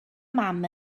mam